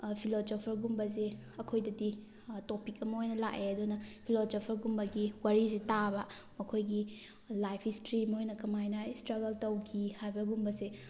ꯐꯤꯂꯣꯖꯣꯐꯔꯒꯨꯝꯕꯁꯤ ꯑꯩꯈꯣꯏꯗꯗꯤ ꯇꯣꯄꯤꯛ ꯑꯃ ꯑꯣꯏꯅ ꯂꯥꯛꯑꯦ ꯑꯗꯨꯅ ꯐꯤꯂꯣꯖꯣꯐꯔꯒꯨꯝꯕꯒꯤ ꯋꯥꯔꯤꯁꯤ ꯇꯥꯕ ꯃꯈꯣꯏꯒꯤ ꯂꯥꯏꯐ ꯍꯤꯁꯇ꯭ꯔꯤ ꯃꯈꯣꯏꯅ ꯀꯃꯥꯏꯅ ꯏꯁꯇꯔꯒꯜ ꯇꯧꯈꯤ ꯍꯥꯏꯕꯒꯨꯝꯕꯁꯦ